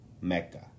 Mecca